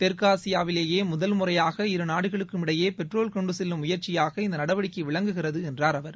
தெற்காசியாவிலேயே முதல் முறையாக இரு நாடுகளுக்கும் இடையே பெட்ரோல் கொண்டு செல்லும் முயற்சியாக இந்த நடவடிக்கை விளங்குகிறது என்றார் அவர்